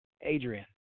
Adrian